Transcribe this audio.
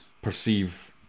Perceive